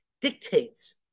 dictates